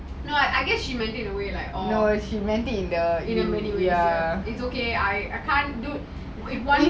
no she meant it in the ya but it's okay I can't do